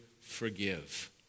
Forgive